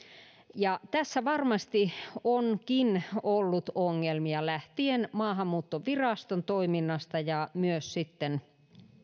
tässä varmasti onkin ollut ongelmia lähtien maahanmuuttoviraston toiminnasta ja myös sitten